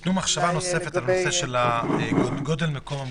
תיתנו מחשבה נוספת לגבי הנושא של גודל מקום המגורים.